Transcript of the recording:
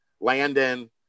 Landon